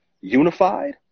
unified